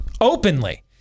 openly